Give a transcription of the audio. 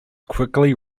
quickly